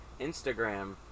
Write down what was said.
Instagram